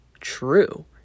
true